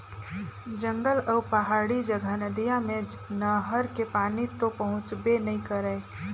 जंगल अउ पहाड़ी जघा नदिया मे नहर के पानी तो पहुंचबे नइ करय